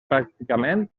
pràcticament